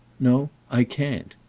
no i can't.